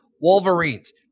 Wolverines